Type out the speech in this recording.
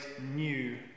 new